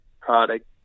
product